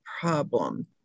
problem